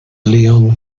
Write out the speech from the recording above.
leon